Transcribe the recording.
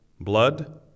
blood